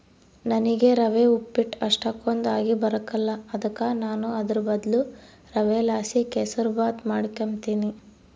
ನನಿಗೆ ರವೆ ಉಪ್ಪಿಟ್ಟು ಅಷ್ಟಕೊಂದ್ ಆಗಿಬರಕಲ್ಲ ಅದುಕ ನಾನು ಅದುರ್ ಬದ್ಲು ರವೆಲಾಸಿ ಕೆಸುರ್ಮಾತ್ ಮಾಡಿಕೆಂಬ್ತೀನಿ